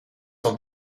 dan